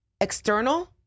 external